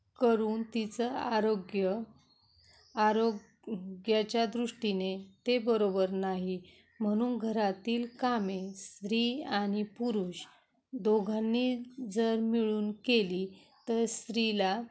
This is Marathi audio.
करून तिचं आरोग्य आरोग्याच्या दृष्टीने ते बरोबर नाही म्हणून घरातील कामे स्त्री आणि पुरुष दोघांनी जर मिळून केली तर स्त्रीला